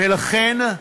ולכן,